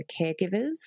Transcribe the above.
caregivers